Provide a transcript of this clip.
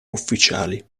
ufficiali